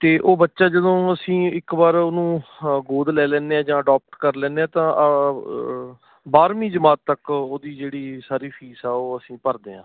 ਅਤੇ ਉਹ ਬੱਚਾ ਜਦੋਂ ਅਸੀਂ ਇੱਕ ਵਾਰ ਉਹਨੂੰ ਹਾਂ ਗੋਦ ਲੈ ਲੈਂਦੇ ਹਾਂ ਜਾਂ ਅਡੋਪਟ ਕਰ ਲੈਂਦੇ ਹਾਂ ਤਾਂ ਬਾਰ੍ਹਵੀਂ ਜਮਾਤ ਤੱਕ ਉਹਦੀ ਜਿਹੜੀ ਸਾਰੀ ਫੀਸ ਆ ਉਹ ਅਸੀਂ ਭਰਦੇ ਹਾਂ